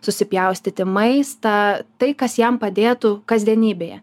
susipjaustyti maistą tai kas jam padėtų kasdienybėje